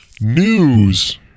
News